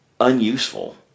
unuseful